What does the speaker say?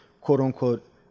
quote-unquote